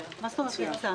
החוצה.